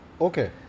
Okay